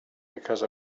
because